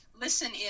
listen